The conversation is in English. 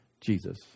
Jesus